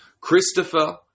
Christopher